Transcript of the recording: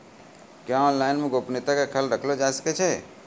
क्या ऑनलाइन मे गोपनियता के खयाल राखल जाय सकै ये?